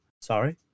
sorry